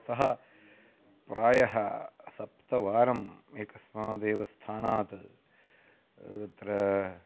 सः प्रायः सप्तवारम् एकस्मादेव स्थानात् तत्र